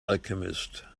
alchemist